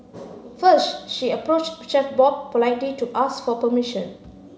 first she approached Chef Bob politely to ask for permission